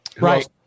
Right